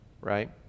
Right